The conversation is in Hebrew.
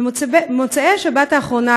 במוצאי השבת האחרונה,